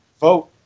Vote